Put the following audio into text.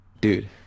Dude